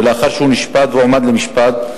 דבר שמשליך ופוגם קשות ביכולת ההרתעה והעבודה של המשטרה.